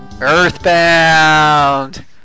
Earthbound